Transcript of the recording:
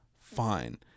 fine